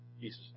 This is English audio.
Jesus